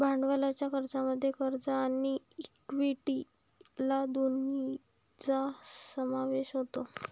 भांडवलाच्या खर्चामध्ये कर्ज आणि इक्विटी या दोन्हींचा समावेश होतो